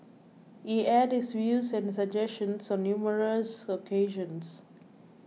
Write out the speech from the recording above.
he aired his views and suggestions on numerous occasions